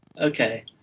okay